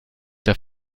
der